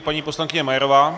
Paní poslankyně Majerová.